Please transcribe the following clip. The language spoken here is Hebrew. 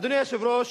אדוני היושב-ראש,